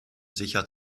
sicher